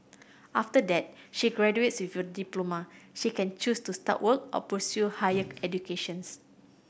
after that she graduates with a diploma she can choose to start work or pursue higher educations